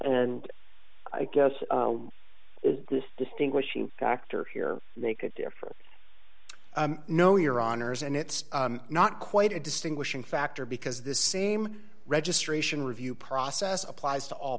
and i guess is this distinguishing factor here make a difference i know your honour's and it's not quite a distinguishing factor because the same registration review process applies to all